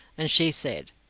and she said,